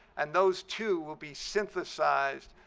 and those two will be synthesized